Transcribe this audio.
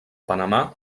panamà